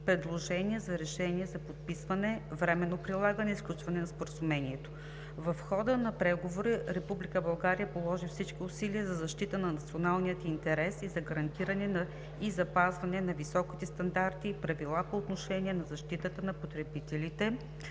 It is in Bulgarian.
предложения за решения за подписване, временно прилагане и сключване на Споразумението. В хода на преговорите Република България положи всички усилия за защита на националния интерес и за гарантиране и запазване на високите стандарти и правила по отношение на защитата на потребителите,